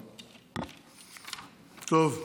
המשרד לביטחון הפנים עשה הרבה מאוד שגיאות.